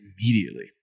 immediately